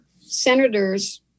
Senators